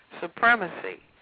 supremacy